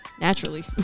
naturally